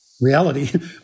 reality